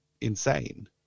insane